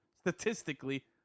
statistically